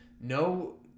No